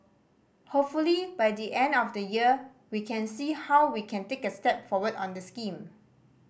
hopefully by the end of the year we can see how we can take a step forward on the scheme